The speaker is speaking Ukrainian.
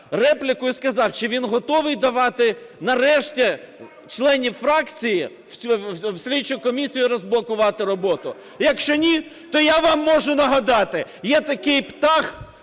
репліку і сказав, чи він готовий давати, нарешті, членів фракції в слідчу комісію і розблокувати роботу. Якщо ні, то я вам можу нагадати, є такий птах,